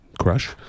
crush